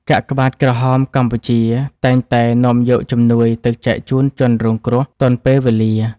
កាកបាទក្រហមកម្ពុជាតែងតែនាំយកជំនួយទៅចែកជូនជនរងគ្រោះទាន់ពេលវេលា។